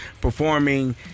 performing